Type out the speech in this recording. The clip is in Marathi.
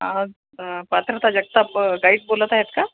आं पाथरका जगताप गाईड बोलत आहेत का